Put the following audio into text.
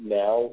now